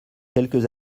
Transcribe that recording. quelques